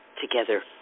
together